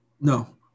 no